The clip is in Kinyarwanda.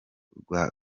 rwa